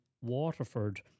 Waterford